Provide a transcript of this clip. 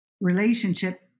relationship